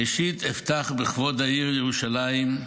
ראשית, אפתח בכבוד העיר ירושלים.